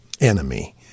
enemy